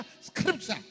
scripture